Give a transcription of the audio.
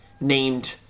named